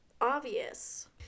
obvious